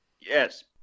Yes